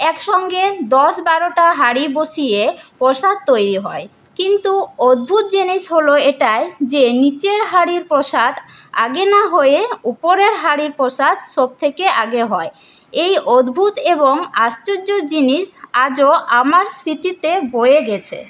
একসঙ্গে দশ বারোটা হাঁড়ি বসিয়ে প্রসাদ তৈরি হয় কিন্তু অদ্ভুত জিনিস হল এটাই যে নিচের হাঁড়ির প্রসাদ আগে না হয়ে ওপরের হাঁড়ির প্রসাদ সব থেকে আগে হয় এই অদ্ভুত এবং আশ্চর্য জিনিস আজও আমার স্মৃতিতে রয়ে গেছে